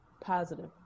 positive